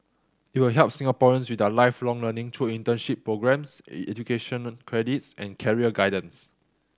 it will help Singaporeans with their Lifelong Learning through internship programmes education credits and career guidance